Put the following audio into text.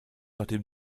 nachdem